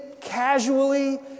casually